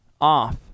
off